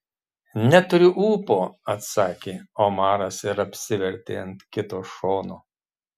neturiu ūpo atsakė omaras ir apsivertė ant kito šono